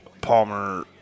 Palmer